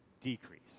decrease